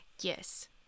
Yes